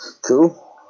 Cool